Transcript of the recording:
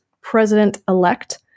president-elect